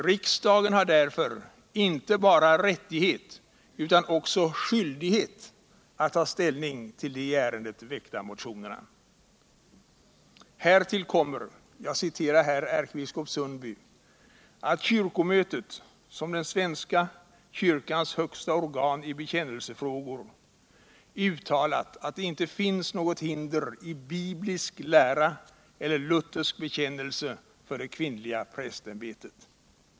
Riksdagen har därför inte bara rättighet utan också skyldighet att ta ställning till de i ärendet väckta motionerna. Härtill kommer — jag citerar ärkebiskop Sundby — att kyrkomötet, som är den svenska kyrkans högsta organ i bekännelsefrågor, uttalat att det inte finns något hinder i biblisk lära eller luthersk bekännelse för det kvinnliga prästämbetet.